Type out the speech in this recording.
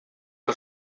que